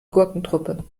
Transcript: gurkentruppe